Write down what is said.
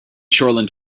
shoreland